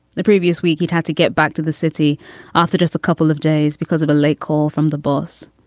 the previous week. he'd had to get back to the city after just a couple of days because of a late call from the boss,